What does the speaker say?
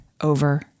over